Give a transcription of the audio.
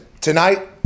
Tonight